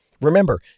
Remember